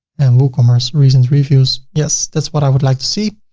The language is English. and woocommerce recent reviews yes that's what i would like to see.